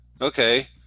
okay